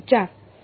વિદ્યાર્થી 4